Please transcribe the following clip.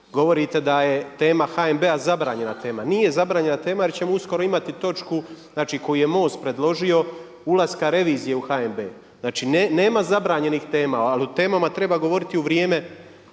Govorite da je tema HNB-a zabranjena tema, nije zabranjena tema jer ćemo uskoro imati točku, znači koju je MOST predložio ulaska revizije u HNB. Znači nema zabranjenih tema ali o temama treba govoriti u vrijeme